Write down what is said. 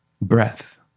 breath